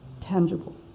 tangible